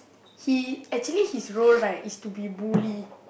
he actually his role right is to be bully